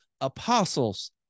apostles